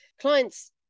Clients